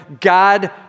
God